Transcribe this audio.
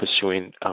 pursuing